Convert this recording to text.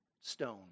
stone